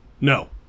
No